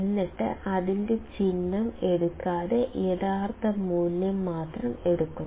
എന്നിട്ട് അതിൻറെ ചിഹ്നം എടുക്കാതെ യഥാർത്ഥ മൂല്യം മാത്രം എടുക്കുക